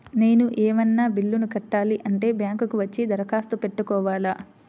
నేను ఏమన్నా బిల్లును కట్టాలి అంటే బ్యాంకు కు వచ్చి దరఖాస్తు పెట్టుకోవాలా?